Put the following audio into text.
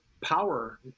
power